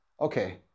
okay